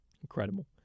Incredible